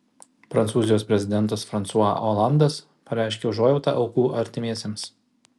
prancūzijos prezidentas fransua olandas pareiškė užuojautą aukų artimiesiems